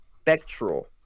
Spectral